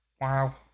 wow